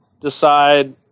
decide